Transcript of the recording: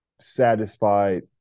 satisfied